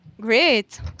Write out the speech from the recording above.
Great